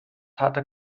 hatte